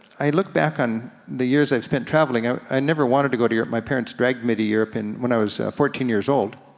i look back on the years i spent traveling, ah i never wanted to go to europe. my parents dragged me to europe and when i was fourteen years old